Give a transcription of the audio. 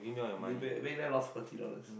you make make them lost forty dollars